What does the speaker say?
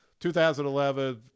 2011